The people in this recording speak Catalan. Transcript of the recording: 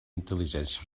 intel·ligència